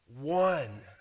one